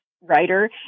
writer